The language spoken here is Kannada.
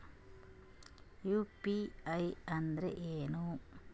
ಯು.ಪಿ.ಐ ಅಂದ್ರೆ ಏನು?